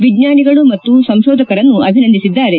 ವಿಜ್ಞಾನಿಗಳು ಮತ್ತು ಸಂಶೋಧಕರನ್ನು ಅಭಿಸಂದಿಸಿದ್ದಾರೆ